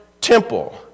temple